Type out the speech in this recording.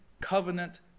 covenant